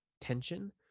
tension